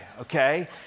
okay